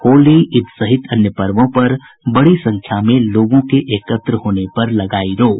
होली ईद सहित अन्य पर्वों पर बड़ी संख्या में लोगों के एकत्र होने पर लगायी रोक